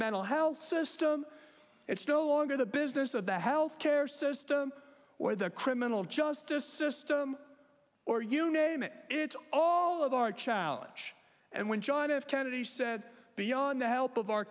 mental health system it's no longer the business of the health care system or the criminal justice system or you name it it's all of our challenge and when john f kennedy said beyond the help of our